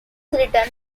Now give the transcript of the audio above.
written